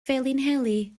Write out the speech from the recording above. felinheli